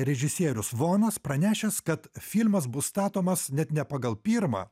režisierius vonas pranešęs kad filmas bus statomas net ne pagal pirmą